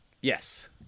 Yes